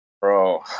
Bro